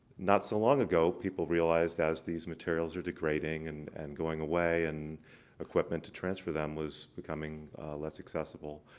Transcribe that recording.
not so long ago, people realized as these materials are degrading and and going away and equipment to transfer them was becoming less accessible,